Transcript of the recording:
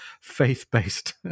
faith-based